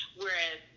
whereas